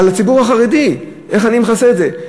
על הציבור החרדי, איך אני מכסה את זה.